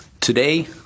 Today